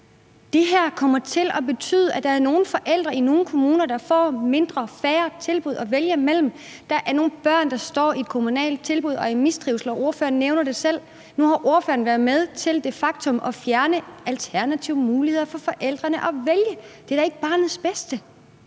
Det her kommer til at betyde, at der er nogle forældre i nogle kommuner, der får færre tilbud at vælge imellem. Der er nogle børn, der mistrives i kommunale tilbud. Ordføreren nævner det selv. Nu har ordføreren været med til de facto at fjerne alternative muligheder for forældrene at vælge mellem. Det er da ikke til barnets bedste.